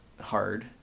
hard